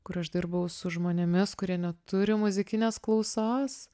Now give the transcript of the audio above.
kur aš dirbau su žmonėmis kurie neturi muzikinės klausos